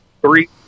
three